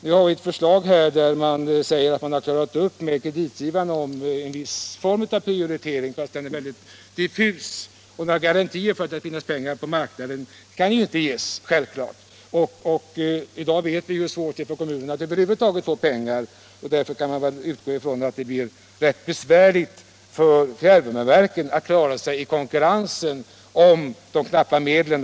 Nu föreligger ett förslag där man säger att man har gjort upp med kreditgivaren om en viss form av prioritering. Men den är mycket diffus, och några garantier för att det skall finnas pengar på marknaden kan självfallet inte ges. Vi vet hur svårt det är för kommunerna att över huvud taget få pengar i dag. Därför kan man utgå ifrån att det blir rätt besvärligt för fjärrvärmeverken att klara sig i konkurrensen om de knappa medlen.